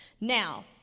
now